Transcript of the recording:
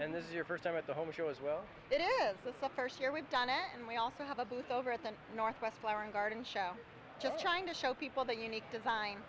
and this is your first time at the home show as well it is with the first year we've done it and we also have a booth over at the northwest flowering garden show just trying to show people the unique design